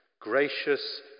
gracious